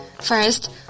First